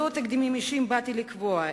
לא תקדימים אישיים באתי לקבוע,